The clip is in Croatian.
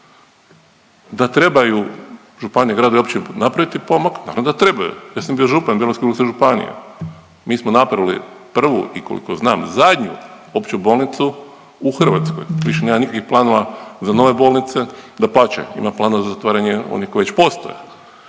Da trebaju županije, gradovi i općine napraviti pomak, naravno da trebaju. Ja sam bio župan Bjelovarsko-bilogorske županije, mi smo napravili prvu i koliko znam zadnju opću bolnicu u Hrvatskoj, više nema nikakvih planova za nove bolnice. Dapače ima planova za zatvaranje onih koje već postoje.